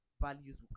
values